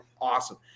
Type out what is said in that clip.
awesome